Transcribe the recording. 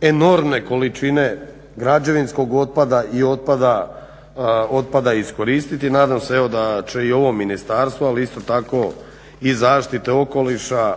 enormne količine građevinskog otpada i otpada iskoristiti. Nadam se da će i ovo Ministarstvo, ali isto tako i zaštite okoliša